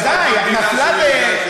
לא, לא תכננתי.